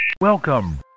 Welcome